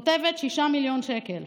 אני כותבת: 6 מיליון שקל.